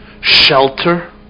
shelter